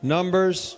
Numbers